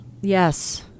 Yes